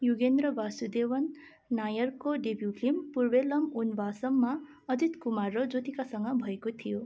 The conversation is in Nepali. युगेन्द्र वासुदेवन नायरको डेब्यू फिल्म पूर्वेल्लम उन वासममा अजित कुमार र ज्योतिकासँग भएको थियो